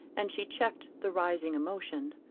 and she checked the rising emotion.